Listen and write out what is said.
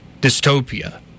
dystopia